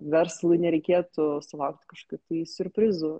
verslui nereikėtų sulaukt kažkokių tai siurprizų